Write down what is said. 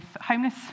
homeless